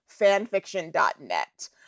fanfiction.net